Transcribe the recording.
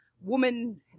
Woman